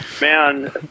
Man